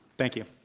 thank you.